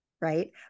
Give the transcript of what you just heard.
right